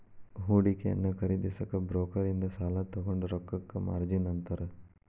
ಹೂಡಿಕೆಯನ್ನ ಖರೇದಿಸಕ ಬ್ರೋಕರ್ ಇಂದ ಸಾಲಾ ತೊಗೊಂಡ್ ರೊಕ್ಕಕ್ಕ ಮಾರ್ಜಿನ್ ಅಂತಾರ